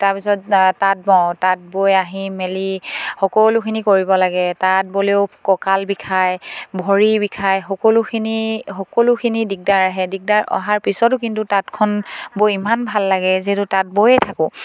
তাৰপিছত তাঁত বওঁ তাঁত বৈ আহি মেলি সকলোখিনি কৰিব লাগে তাঁত বলেও কঁকাল বিষায় ভৰি বিষায় সকলোখিনি সকলোখিনি দিগদাৰ আহে দিগদাৰ অহাৰ পিছতো কিন্তু তাঁতখন বৈ ইমান ভাল লাগে যিহেতু তাঁত বৈয়ে থাকোঁ